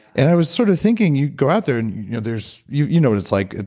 and i was sort of thinking you go out there, and you know there's. you you know what it's like,